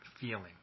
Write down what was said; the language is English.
feeling